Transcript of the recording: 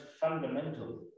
fundamental